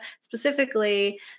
specifically